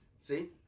See